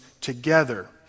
together